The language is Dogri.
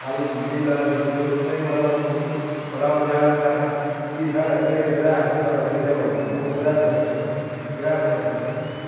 साली जीजे गी ला दी ते बुटने ई बड़ा ओह् बड़ा मजाक करना फ्ही साढ़े इत्थै इक दरैस होंदा लकड़ी दा बने दा ओह् दरैस रक्खना दरैस रक्खना